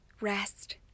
Rest